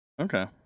Okay